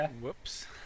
Whoops